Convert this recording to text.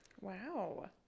wow